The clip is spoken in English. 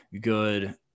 good